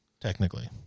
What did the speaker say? technically